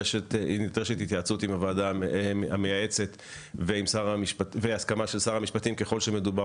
נדרשת התייעצות עם הוועדה המייעצת והסכמה של שר המשפטים ככל שמדובר